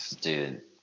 Dude